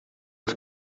als